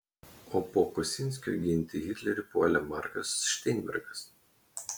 o po kosinskio ginti hitlerį puolė markas šteinbergas